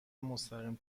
مستقیم